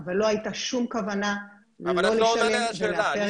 אבל לא הייתה שום כוונה לא לשלם ולהפר את החוק.